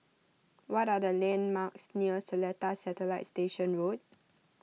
what are the landmarks near Seletar Satellite Station Road